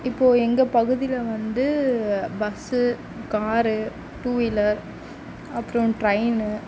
இப்போது எங்கள் பகுதியில் வந்து பஸ் கார் டூவீலர் அப்புறோம் ட்ரெயின்